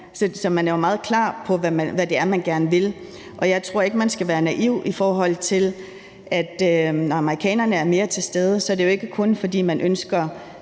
Så man er jo meget klar på, hvad det er, man gerne vil. Og jeg tror ikke, man skal være naiv, i forhold til at når amerikanerne er mere til stede, er det jo ikke kun, fordi man ønsker